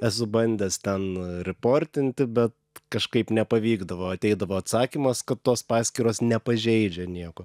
esu bandęs ten ir riportinti bet kažkaip nepavykdavo ateidavo atsakymas kad tos paskyros nepažeidžia nieko